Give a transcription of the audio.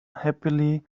happily